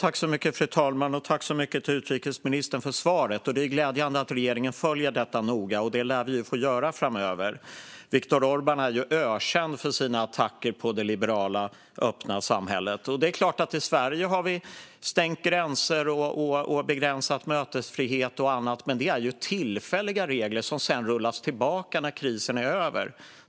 Fru talman! Tack, utrikesministern, för svaret! Det är glädjande att regeringen följer detta noga, och det lär vi ju få göra framöver. Viktor Orbán är ju ökänd för sina attacker på det liberala, öppna samhället. I Sverige har vi stängt gränser och begränsat mötesfrihet och annat, men det är ju tillfälliga regler som sedan rullas tillbaka när krisen är över.